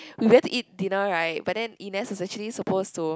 we went to eat dinner right but then Ernest is actually supposed to